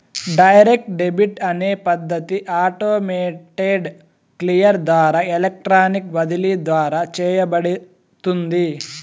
direct debit అనే పద్ధతి automated clear ద్వారా ఎలక్ట్రానిక్ బదిలీ ద్వారా చేయబడుతుంది